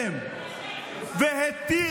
טוב, חברת הכנסת גוטליב, התשובה